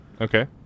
Okay